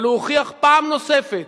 אבל הוא הוכיח פעם נוספת